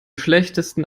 schlechtesten